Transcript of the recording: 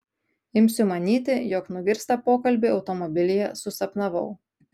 imsiu manyti jog nugirstą pokalbį automobilyje susapnavau